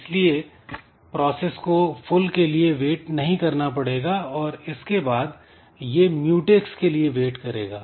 इसलिए प्रोसेस को फुल के लिए वेट नहीं करना पड़ेगा और इसके बाद यह म्यूटेक्स के लिए वेट करेगा